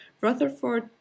Rutherford